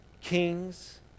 kings